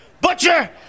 Butcher